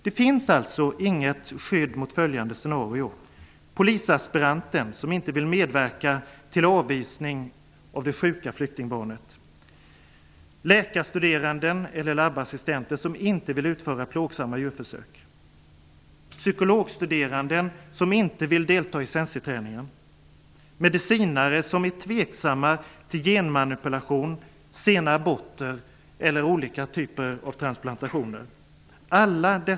Låt mig beskriva några scenarion: polisaspiranten som inte vill medverka till avvisning av det sjuka flyktingbarnet, läkarstuderanden eller labassistenter som inte vill utföra plågsamma djurförsök, psykologstuderanden som inte vill delta i sensiträning, medicinare som är tveksamma till genmanipulation, sena aborter eller olika typer av transplantationer. För dessa människor finns det inget skydd.